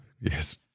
Yes